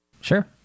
Sure